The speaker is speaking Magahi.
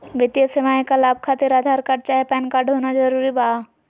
वित्तीय सेवाएं का लाभ खातिर आधार कार्ड चाहे पैन कार्ड होना जरूरी बा?